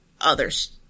others